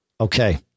Okay